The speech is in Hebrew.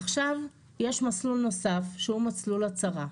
עכשיו יש מסלול נוסף שהוא מסלול הצהרה.